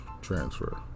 transfer